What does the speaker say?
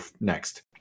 next